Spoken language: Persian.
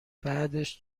بعدش